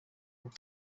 kuko